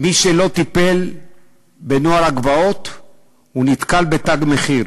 מי שלא טיפל בנוער הגבעות נתקל ב"תג מחיר",